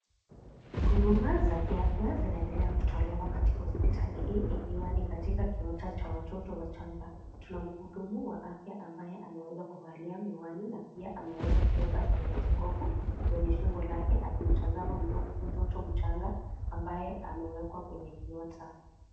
Huduma ya kiafya zinaendelea kutolewa katika hospitali hii ikiwa ni katika kiota Cha watoto wachanga. Tuna mhudumu wa afya ambaye ameweza kuvalia miwani na pia ameweza kubeba steposkopu kwenye shingo lake akitazama mtoto mdogo ambaye amewekewa kwenye kiota.